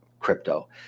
crypto